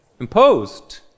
Imposed